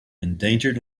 endangered